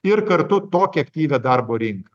ir kartu tokią aktyvią darbo rinką